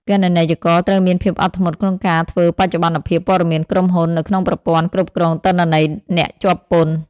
គណនេយ្យករត្រូវមានភាពអត់ធ្មត់ក្នុងការធ្វើបច្ចុប្បន្នភាពព័ត៌មានក្រុមហ៊ុន នៅក្នុងប្រព័ន្ធគ្រប់គ្រងទិន្នន័យអ្នកជាប់ពន្ធ។